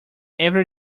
every